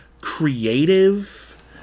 creative